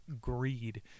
greed